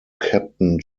captain